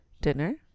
dinner